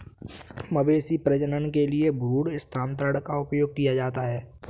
मवेशी प्रजनन के लिए भ्रूण स्थानांतरण का उपयोग किया जाता है